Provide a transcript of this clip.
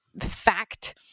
fact